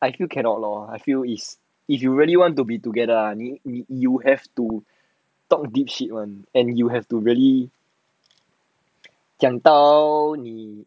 I feel cannot lor I feel is if you really want to be together ah you have to talk deep shit one and you have to really 讲到你